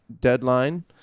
Deadline